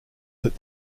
that